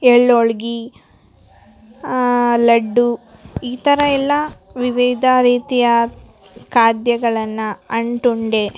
ಎಳ್ಳು ಹೋಳ್ಗಿ ಲಡ್ಡು ಈ ಥರಯೆಲ್ಲ ವಿವಿಧ ರೀತಿಯ ಖಾದ್ಯಗಳನ್ನ ಅಂಟುಂಡೆ